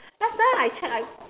last time I check I